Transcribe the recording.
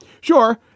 Sure